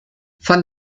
von